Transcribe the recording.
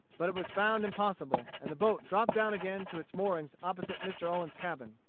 but it was found impossible, and the boat dropped down again to its moorings opposite mr. owen's cabin.